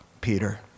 Peter